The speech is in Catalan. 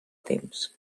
temps